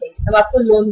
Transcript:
हम आपको लोन देंगे